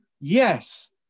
yes